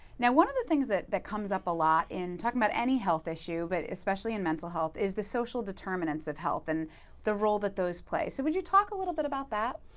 now, one of the things that that comes up a lot in talking about any health issue, but especially in mental health, is the social determinants of health and the role that those play so, would you talk a little bit about that?